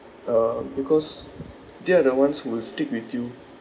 uh because they are the ones who will stick with you